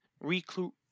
recruit